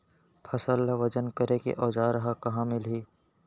फसल ला वजन करे के औज़ार हा कहाँ मिलही?